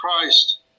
Christ